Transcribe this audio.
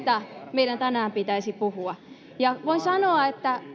meidän tänään pitäisi puhua voin sanoa että